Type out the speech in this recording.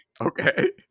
Okay